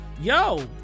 yo